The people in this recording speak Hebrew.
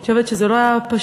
אני חושבת שזה לא היה פשוט,